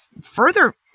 further